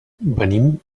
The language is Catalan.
venim